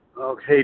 Okay